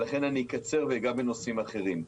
ולכן אקצר ואגע בנושאים אחרים.